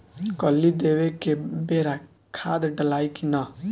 कली देवे के बेरा खाद डालाई कि न?